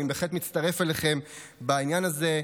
אני בהחלט מצטרף אליכם בעניין הזה.